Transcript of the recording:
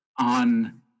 on